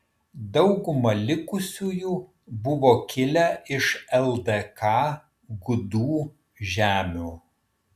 dauguma likusiųjų buvo kilę iš ldk gudų žemių